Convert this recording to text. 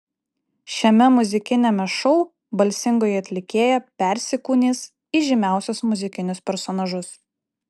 šiame muzikiniame šou balsingoji atlikėja persikūnys į žymiausius muzikinius personažus